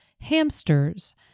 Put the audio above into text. hamsters